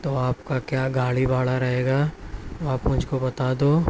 تو آپ کا کیا گاڑی بھاڑا رہے گا آپ مجھ کو بتا دو